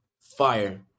Fire